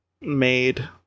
made